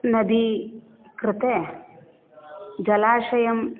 नदी कृते जलाशयं